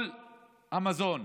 את כל המזון,